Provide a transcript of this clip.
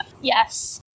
Yes